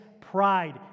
pride